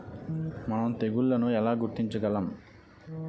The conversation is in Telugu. మనం తెగుళ్లను ఎలా గుర్తించగలం?